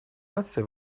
наций